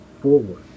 forward